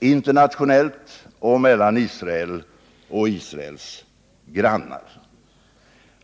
internationellt och mellan Israel och Israels grannar.